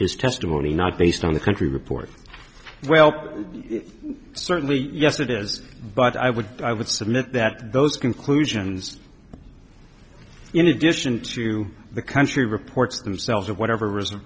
his testimony not based on the country report well certainly yes it is but i would i would submit that those conclusions in addition to the country reports themselves of whatever reason